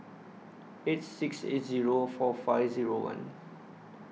eight six eight Zero four five Zero one